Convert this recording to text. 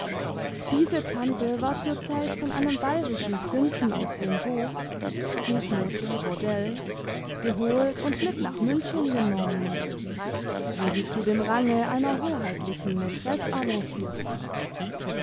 diese tante war zurzeit von einem bayerischen prinzen aus dem buff geholt und mit nach münchen genommen worden wo sie zu bordell dem range euier hoheitlichen maitresse